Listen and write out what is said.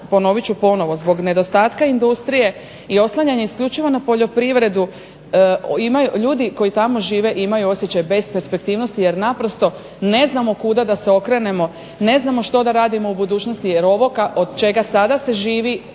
ponovit ću ponovno zbog nedostatka industrije i oslanjanja isključivo na poljoprivredu ljudi koji tamo žive imaju osjećaj besperspektivnosti jer naprosto ne znamo kuda da se okrenemo, ne znamo što da radimo u budućnosti, jer ovo od čega se sada živi